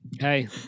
hey